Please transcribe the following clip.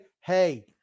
hey